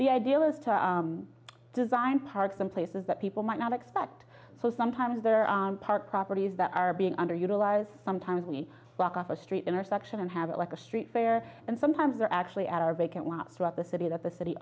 the idea is to design parks and places that people might not expect so sometimes they're part properties that are being underutilized sometimes we walk off a street intersection and have it like a street fair and sometimes they're actually at our vacant lot throughout the city that the city